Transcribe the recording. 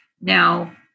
now